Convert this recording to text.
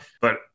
but-